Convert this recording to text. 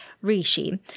Rishi